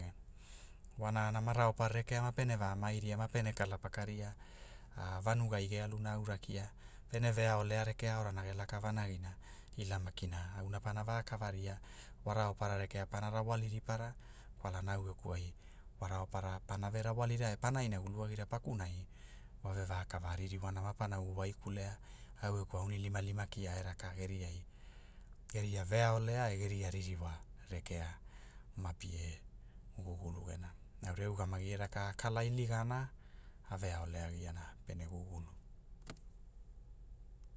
Raopara rekea mapene va maaira mapene kala pakaria, vanugai ge aluna aura kia, pene ve aolea rekea aonana ge laka vanagina ila makina auna panavakava ria, wa raopara pana rawali ripara, kwalana au geku ai, wa raopara pana ve rawalira e pana inagulu agira pakunai, wa ve vakava aririwana mapana ugu waikulea, au geku aunilimalima kia e raka geriai, geria veaolea e geria ririwa, rekea, mapie, gulugulu gena, aurai au ugamagi e raka a kala iligana, a veaoleagiana, pene gugulu.